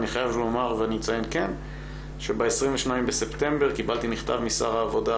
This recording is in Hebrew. אני חייב לומר ולציין שב-22 בספטמבר קיבלתי מכתב משר העבודה,